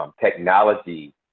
technology